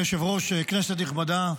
אדוני היושב-ראש, כנסת נכבדה,